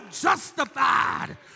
justified